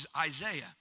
Isaiah